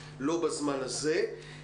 לא בזמן הזה.